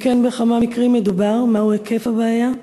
אם כן, בכמה מקרים מדובר, כלומר מהו היקף הבעיה?